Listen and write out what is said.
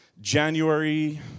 January